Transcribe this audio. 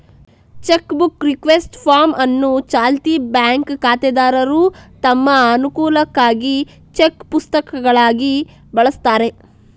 check book request form ಅನ್ನು ಚಾಲ್ತಿ bank ಖಾತೆದಾರರು ತಮ್ಮ ಅನುಕೂಲಕ್ಕಾಗಿ ಚೆಕ್ ಪುಸ್ತಕಗಳಿಗಾಗಿ ಬಳಸ್ತಾರೆ